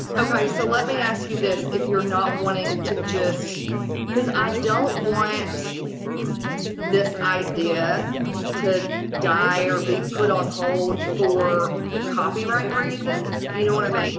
okay. so let me ask you this. if you're not wanting to just because i don't want this idea to die or be put on hold for copyright reasons. you know what um i